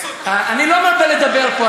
אני לא מרבה לדבר פה,